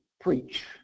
preach